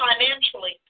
financially